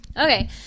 Okay